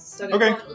Okay